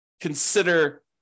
consider